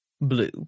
Blue